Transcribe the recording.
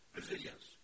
resilience